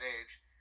age